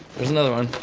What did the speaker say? there's another one